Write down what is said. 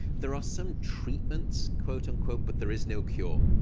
there are some treatments, quote unquote, but there is no cure.